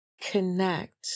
connect